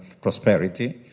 prosperity